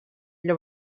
для